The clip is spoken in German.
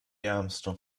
ärmste